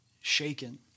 shaken